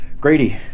Grady